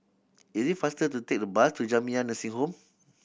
it is faster to take the bus to Jamiyah Nursing Home